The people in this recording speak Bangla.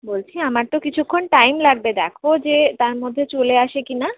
বলছি আমার তো কিছুক্ষণ টাইম লাগবে দেখ যে তার মধ্যে চলে আসে কিনা